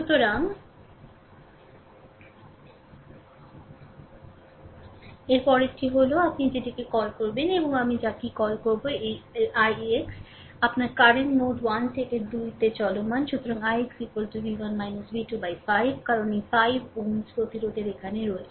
সুতরাং এর পরেরটি হল আপনি যেটিকে কল করবেন এবং আমি বা কী কল করব এবং ix এই ix ix আপনার কারেন্ট নোড 1 থেকে 2 তে চলমান সমান সুতরাং ix v1 v2 বাই5 কারণ এই 5 Ω প্রতিরোধের এখানে রয়েছে